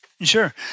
Sure